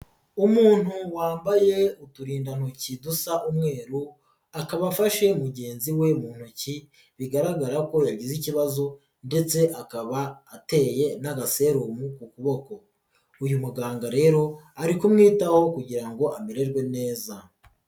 Umuntu wambaye uturindantoki dusa umweru, akaba afashe mugenzi we mu ntoki, bigaragara ko yagize ikibazo ndetse akaba ateye n'agaserumu ku kuboko, uyu muganga rero ari kumwitaho kugira ngo amererwe neza.